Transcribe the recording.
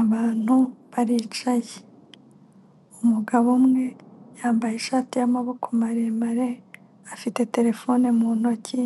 Abantu baricaye umugabo umwe yambaye ishati y'amaboko maremare afite terefone mu ntoki,